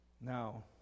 Now